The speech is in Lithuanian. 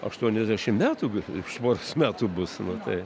aštuoniasdešimt metų gi už poros metų bus nu tai